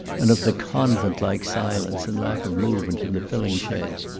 and of the convent-like silence and lack of movement in the filling-sheds,